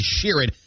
Sheeran